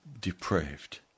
depraved